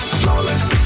flawless